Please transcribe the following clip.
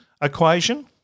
equation